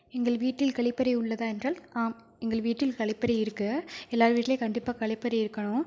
எங்கள் வீட்டில் கழிப்பறை உள்ளதா என்றால் ஆம் எங்கள் வீட்டில் கழிப்பறை இருக்கு எல்லார் வீட்லையும் கண்டிப்பாக கழிப்பறை இருக்கணும்